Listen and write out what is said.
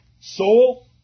soul